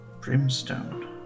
Brimstone